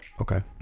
Okay